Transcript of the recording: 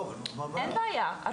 אין בעיה.